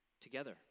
together